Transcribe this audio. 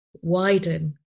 widen